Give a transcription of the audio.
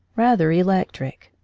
rather electric.